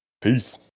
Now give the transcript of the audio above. Peace